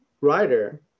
writer